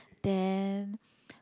then